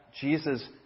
Jesus